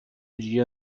dia